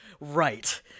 right